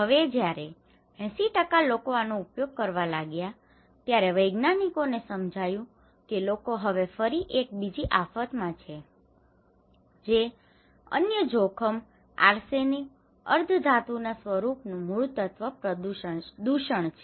હવે જ્યારે 80 લોકો આનો ઉપયોગ કરવા લાગ્યા ત્યારે વિજ્ઞાનિકોને સમજાયું કે લોકો હવે ફરી એક બીજી આફતમાં છે જે અન્ય જોખમ આર્સેનિક arsenic અર્ધધાતુના સ્વરૂપનું મૂળતત્વ દૂષણ છે